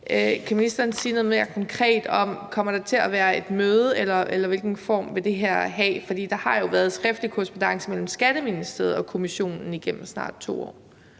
Kan ministeren sige noget mere konkret om, om der kommer til at være et møde, eller hvilken form det her vil have? For der har jo været en skriftlig korrespondance mellem Skatteministeriet og Kommissionen igennem snart 2 år.